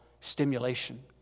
stimulation